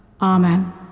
Amen